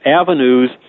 avenues